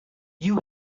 you